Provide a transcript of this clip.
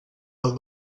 del